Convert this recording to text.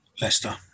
Leicester